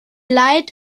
leid